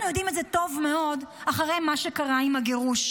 אנחנו יודעים את זה טוב מאוד אחרי מה שקרה עם הגירוש,